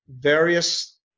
various